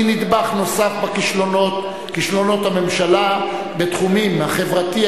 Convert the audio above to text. נדבך נוסף בכישלונות הממשלה בתחומים החברתי,